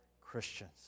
Christians